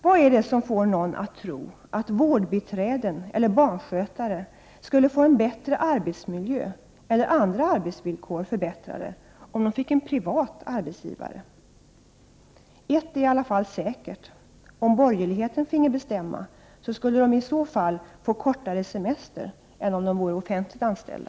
Vad är det som får någon att tro att vårdbiträden eller barnskötare skulle få bättre arbetsmiljö eller andra arbetsvillkor förbättrade om de fick en privat arbetsgivare? Ett är säkert, om borgerligheten finge bestämma skulle de i alla fall få kortare semester än om de vore effentligt anställda.